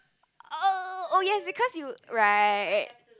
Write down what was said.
oh yes because you right